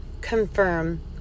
confirm